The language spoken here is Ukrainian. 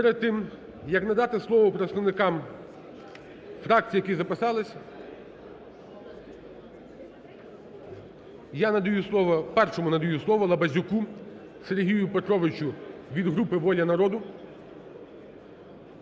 Перед тим як надати слово представникам фракцій, які записалися, я надаю слово, першому надаю слово Лабазюку Сергію Петровичу від групи "Воля народу".